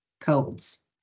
codes